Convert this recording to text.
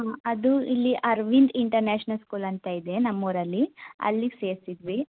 ಹಾಂ ಅದು ಇಲ್ಲಿ ಅರವಿಂದ್ ಇಂಟರ್ನ್ಯಾಷ್ನಲ್ ಸ್ಕೂಲ್ ಅಂತ ಇದೆ ನಮ್ಮೂರಲ್ಲಿ ಅಲ್ಲಿಗೆ ಸೇರಿಸಿದ್ವಿ